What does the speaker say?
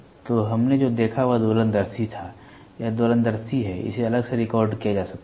तो हमने जो देखा वह दोलनदर्शी था यह दोलनदर्शी है इसे अलग से रिकॉर्ड किया जा सकता है